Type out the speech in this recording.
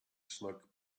smoke